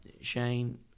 Shane